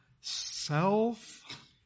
self